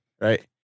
right